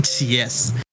Yes